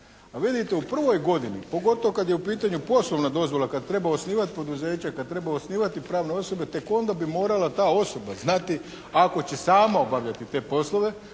A vidite, u prvoj godini, pogotovo kad je u pitanju poslovna dozvola, kad treba osnivati poduzeće, kad treba osnivati pravne osobe tek onda bi morala ta osoba znati ako će sama obavljati te poslove